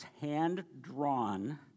hand-drawn